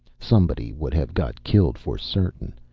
somebody would have got killed for certain,